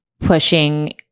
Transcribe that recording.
pushing